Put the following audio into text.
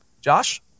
Josh